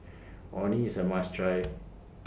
Orh Nee IS A must Try